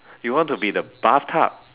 you want to be the bathtub